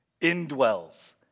indwells